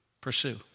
pursue